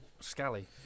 scally